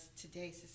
today's